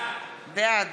בעד